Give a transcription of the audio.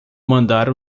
mandar